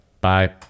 Bye